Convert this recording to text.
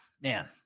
man